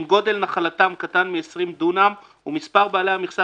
אם גודל נחלתם קטן מ-20 דונם ומספר בעלי המכסה